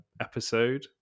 episode